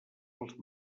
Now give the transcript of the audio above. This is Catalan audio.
els